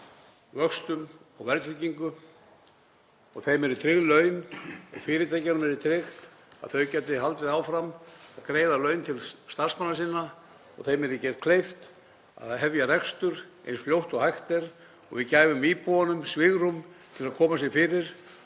vöxtum og verðtryggingu og þeim yrðu tryggð laun og fyrirtækjunum yrði tryggt að þau gætu haldið áfram að greiða laun til starfsmanna sinna og þeim yrði gert kleift að hefja rekstur eins fljótt og hægt er og við gæfum íbúunum svigrúm til að koma sér fyrir.